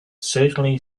certainly